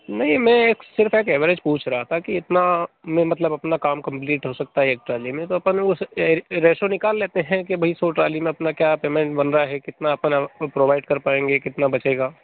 नहीं मैं एक सिर्फ एक एवरेज पूछ रहा था कि इतना में मतलब अपना काम कंप्लीट हो सकता है एक ट्राली में तो अपन उस रे रेसीओ निकाल लेते हैं कि भाई सौ ट्राली में अपना क्या पेमेंट बन रहा है कितना अपन प्रो प्रोवाइड कर पाएँगे कितना बचेगा